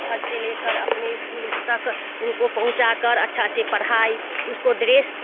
घर से ले कर अपने इस्कूल तक उनको पहुँचा कर अच्छे से पढ़ाई उसको ड्रेस